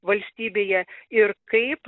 valstybėje ir kaip